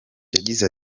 yagize